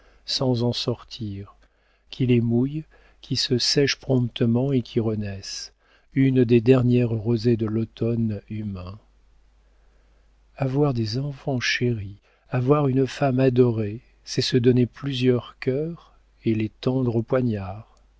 sans en sortir qui les mouillent qui se sèchent promptement et qui renaissent une des dernières rosées de l'automne humain avoir des enfants chéris avoir une femme adorée c'est se donner plusieurs cœurs et les tendre aux poignards